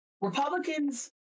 Republicans